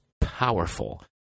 powerful